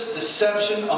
deception